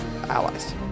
allies